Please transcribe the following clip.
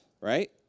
right